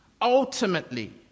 Ultimately